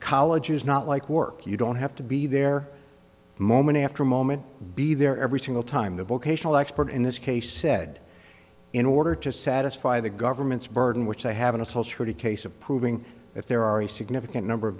college is not like work you don't have to be there moment after moment be there every single time the vocational expert in this case said in order to satisfy the government's burden which i haven't heard a case of proving if there are a significant number of